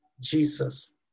Jesus